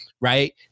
Right